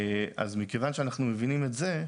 מכיוון שאנחנו מבינים את זה,